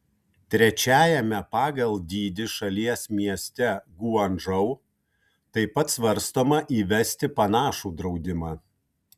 trečiajame pagal dydį šalies mieste guangdžou taip pat svarstoma įvesti panašų draudimą